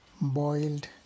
boiled